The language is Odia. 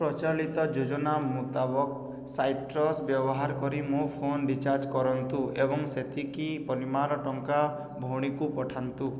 ପ୍ରଚଳିତ ଯୋଜନା ମୁତାବକ ସାଇଟ୍ରସ୍ ବ୍ୟବହାର କରି ମୋ ଫୋନ ରିଚାର୍ଜ କରନ୍ତୁ ଏବଂ ସେତିକି ପରିମାଣର ଟଙ୍କା ଭଉଣୀକୁ ପଠାନ୍ତୁ